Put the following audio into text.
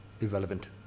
irrelevant